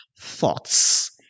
thoughts